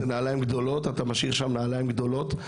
אתה משאיר שם נעליים גדולות.